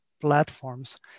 platforms